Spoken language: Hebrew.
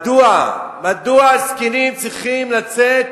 מדוע הזקנים צריכים לצאת,